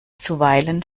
zuweilen